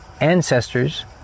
ancestors